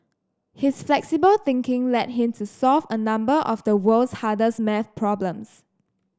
his flexible thinking led him to solve a number of the world's hardest maths problems